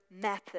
method